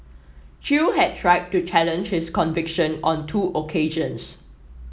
chew had tried to challenge his conviction on two occasions